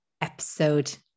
episode